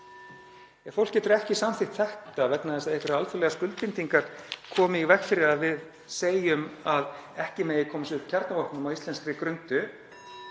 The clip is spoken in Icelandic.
Ef fólk getur ekki samþykkt þetta vegna einhverra alþjóðlegra skuldbindinga sem koma í veg fyrir að við segjum að ekki megi koma upp kjarnavopnum á íslenskri grundu